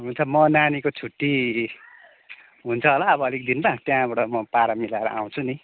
ए हुन्छ म नानीको छुट्टी हुन्छ होला अब अलिक दिनमा अन्त त्यहाँबाट म पारा मिलाएर आउँछु नि